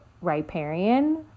riparian